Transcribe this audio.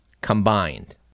combined